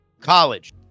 college